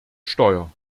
steuer